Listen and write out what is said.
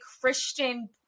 Christian